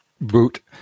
Boot